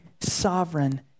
sovereign